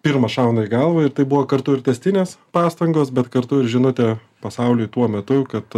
pirmas šauna į galvą ir tai buvo kartu ir tęstinės pastangos bet kartu ir žinutė pasauliui tuo metu kad